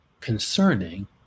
concerning